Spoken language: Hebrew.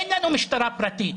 אין לנו משטרה פרטית.